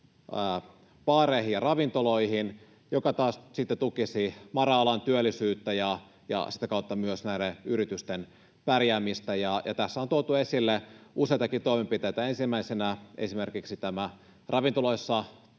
baareihin ja ravintoloihin, mikä taas sitten tukisi mara-alan työllisyyttä ja sitä kautta myös näiden yritysten pärjäämistä. Tässä on tuotu esille useitakin toimenpiteitä, ensimmäisenä esimerkiksi tämä ravintoloissa